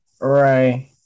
Right